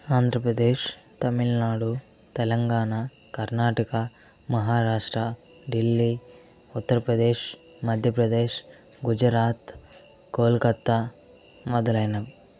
ఆంధ్రప్రదేశ్ తమిళనాడు తెలంగాణా కర్ణాటక మహారాష్ట్ర ఢిల్లీ ఉత్తర్ ప్రదేశ్ మధ్యప్రదేశ్ గుజరాత్ కోల్కత్తా మొదలైనవి